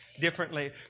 differently